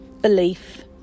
belief